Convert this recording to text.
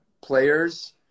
players